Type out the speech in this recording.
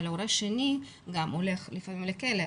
אבל ההורה השני הולך לפעמים לכלא,